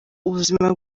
ubuzima